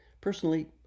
Personally